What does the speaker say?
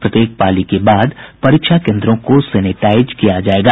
प्रत्येक पाली के बाद परीक्षा केन्द्रों को सेनेटाइज किया जायेगा